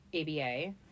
ABA